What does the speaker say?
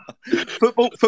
football